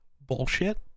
bullshit